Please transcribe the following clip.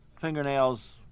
fingernails